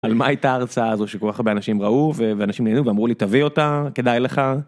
על מה הייתה ההרצאה הזו שכל כך הרבה אנשים ראו ואנשים נהנו ואמרו לי תביא אותה כדאי לך.